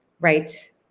Right